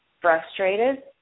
frustrated